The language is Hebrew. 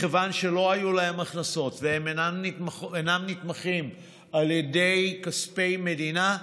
מכיוון שלא היו להם הכנסות והם אינם נתמכים על ידי כספי מדינה,